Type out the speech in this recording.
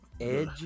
Edge